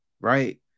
Right